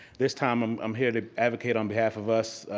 this time um i'm here to advocate on behalf of us.